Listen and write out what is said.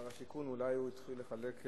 שר השיכון אולי הוא התחיל לחלק,